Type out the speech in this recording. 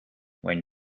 when